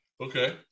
Okay